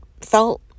felt